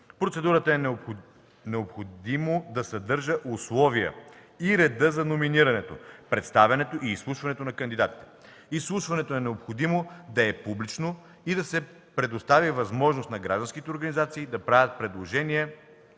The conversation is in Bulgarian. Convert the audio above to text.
Процедурата е необходимо да съдържа условия и реда за номинирането, представянето и изслушването на кандидатите. Изслушването е необходимо да е публично и да се предостави възможност и на гражданските организации да правят предложения